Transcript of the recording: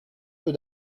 peu